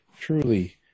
truly